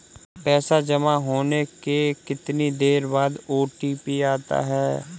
पैसा जमा होने के कितनी देर बाद ओ.टी.पी आता है?